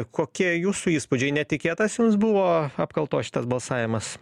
kokie jūsų įspūdžiai netikėtas jums buvo apkaltos šitas balsavimas